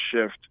shift